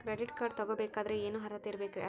Credit card ತೊಗೋ ಬೇಕಾದರೆ ಏನು ಅರ್ಹತೆ ಇರಬೇಕ್ರಿ?